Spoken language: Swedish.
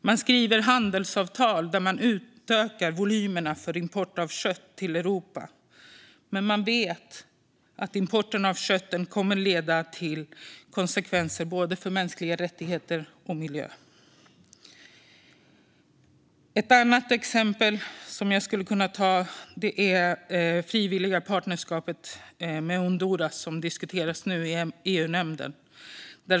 Man skriver handelsavtal där man utökar volymerna för import av kött till Europa, men man vet att importen av köttet kommer att leda till konsekvenser för mänskliga rättigheter och miljö. Ett annat exempel är det frivilliga partnerskapet med Honduras, som nu diskuteras i EU-nämnden.